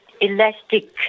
Elastic